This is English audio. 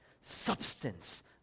substance